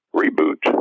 reboot